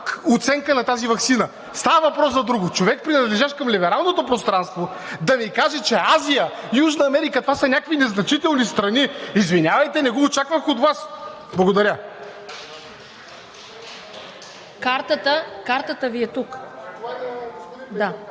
оценка на тази ваксина. Става въпрос за друго – човек, принадлежащ към либералното пространство, да ни каже, че Азия, Южна Америка това са някакви незначителни страни, извинявайте, не го очаквах от Вас! Благодаря.